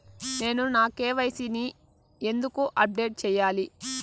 నేను నా కె.వై.సి ని ఎందుకు అప్డేట్ చెయ్యాలి?